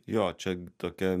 jo čia tokia